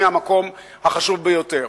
מהמקום החשוב ביותר.